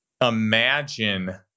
imagine